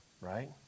Right